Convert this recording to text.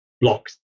blocks